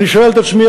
אני שואל את עצמי,